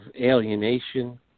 alienation